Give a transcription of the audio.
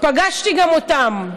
פגשתי גם אותם,